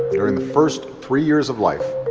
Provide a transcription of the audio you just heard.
during the first three years of life,